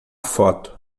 foto